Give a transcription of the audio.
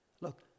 Look